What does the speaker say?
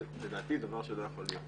לדעתי זה דבר שלא יכול להיות.